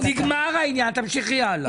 נגמר העניין, תמשיכי הלאה.